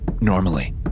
Normally